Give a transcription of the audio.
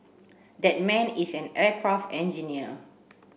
that man is an aircraft engineer